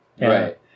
Right